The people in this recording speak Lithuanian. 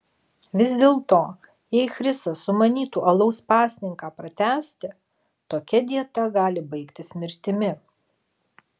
vis dėlto jei chrisas sumanytų alaus pasninką pratęsti tokia dieta gali baigtis mirtimi